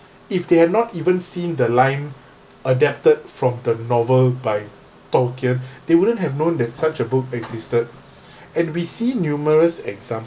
if they had not even seen the lime adapted from the novel by tolkien they wouldn't have known that such a book existed and we see numerous examples